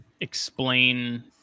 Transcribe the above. explain